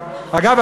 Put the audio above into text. אגב,